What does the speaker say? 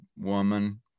woman